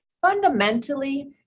Fundamentally